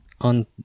on